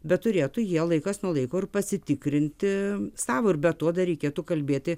bet turėtų jie laikas nuo laiko ir pasitikrinti savo ir be to dar reikėtų kalbėti